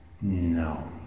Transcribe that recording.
No